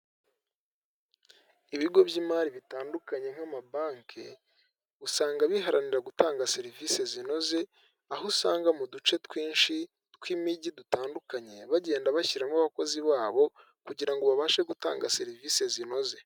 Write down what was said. Ibigo by'imari bitandukanye nk'amabanki, usanga biharanira gutanga serivisi zinoze, aho usanga mu duce twinshi tw'imijyi dutandukanye bagenda bashyiramo abakozi babo, kugira ngo babashe gutanga serivisi zinoze.